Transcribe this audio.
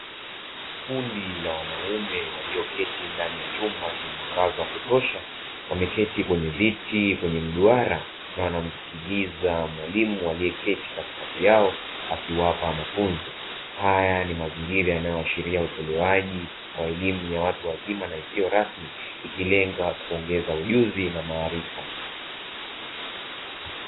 Kundi la wanaume walioketi ndani ya chumba chenye mwangaza wa kutosha wameketi kwenye viti kwenye mduara na wanamsikiliza mwalimu aliyeketi katikati yao akiwapa mafunzo haya ni mazingira yanayoashiria utolewaji wa elimu ya watu wazima na isiyo rasmi ikilenga kuongeza ujuzi na maarifa